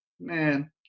Man